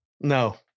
No